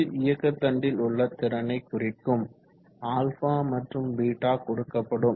இது இயக்கதண்டில் உள்ள திறனை குறிக்கும் α மற்றும் β கொடுக்கப்படும்